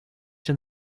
denn